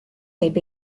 käib